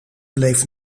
bleef